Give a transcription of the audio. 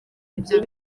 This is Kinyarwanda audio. ibyo